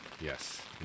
yes